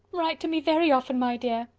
write to me very often, my dear.